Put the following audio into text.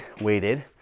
weighted